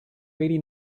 really